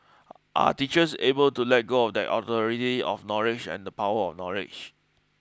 are teachers able to let go of that authority of knowledge and the power of knowledge